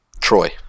Troy